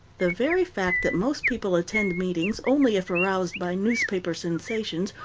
the very fact that most people attend meetings only if aroused by newspaper sensations,